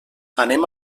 anem